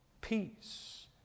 peace